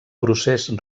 procés